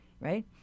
Right